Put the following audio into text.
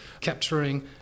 capturing